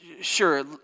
sure